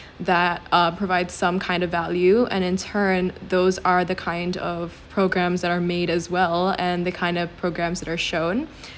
that uh provide some kind of value and in turn those are the kind of programmes that are made as well and the kind of programmes that are shown